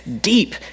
deep